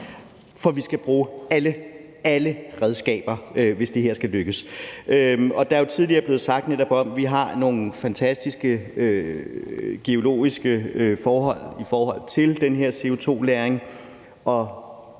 Vi skal bruge alle redskaber, hvis det her skal lykkes. Det er tidligere blevet sagt, at vi har nogle fantastiske geologiske forhold i forhold til den her CO2-lagring, og